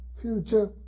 future